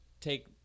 take –